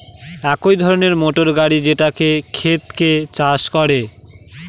এক ধরনের মোটর গাড়ি যেটা ক্ষেতকে চাষ করে